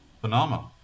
phenomenal